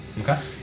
Okay